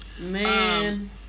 Man